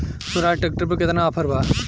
Swaraj tractor पर केतना offer बा?